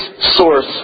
source